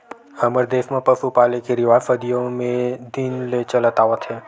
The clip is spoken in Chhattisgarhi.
हमर देस म पसु पाले के रिवाज सदियो दिन ले चलत आवत हे